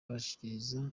arashikiriza